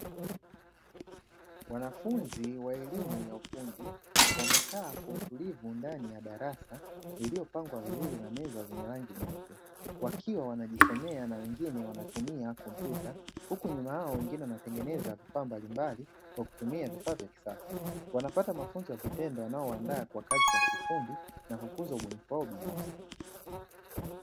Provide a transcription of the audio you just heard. Mwanafunzi wa elimu ya ufundi wamekaa kwa utulivu ndani ya darasa, lililopangwa viti na meza zenye rangi nyeupe, wakiwa wanajisomea na wenginwe wanatumia kompyuta, huku nyuma yao wengine wanatengeneza vifaa mbalimbali kwa kutumia vifaa vya kisasa, wanapata mafunzo ya vitendo yanayowandaa kwa za kiufundi na kukuza ubunifu wao binafsi.